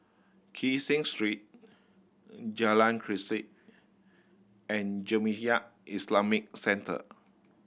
Kee Seng Street Jalan Grisek and Jamiyah Islamic Centre